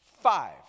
Five